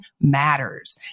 matters